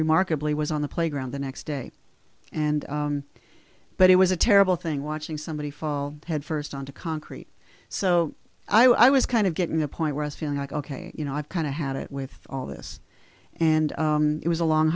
remarkably was on the playground the next day and but it was a terrible thing watching somebody fall headfirst onto concrete so i was kind of getting the point where i feel like ok you know i've kind of had it with all this and it was a long